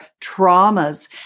traumas